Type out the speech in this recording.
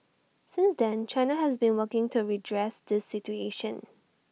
since then China has been working to redress this situation